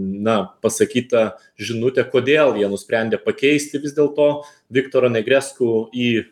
na pasakyta žinutė kodėl jie nusprendė pakeisti vis dėlto viktoro negresku į